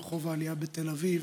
ברחוב העלייה בתל אביב.